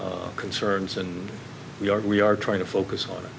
our concerns and we are we are trying to focus on